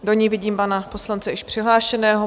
Do ní vidím pana poslance již přihlášeného.